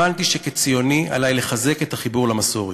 הבנתי שכציוני עלי לחזק את החיבור למסורת.